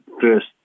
first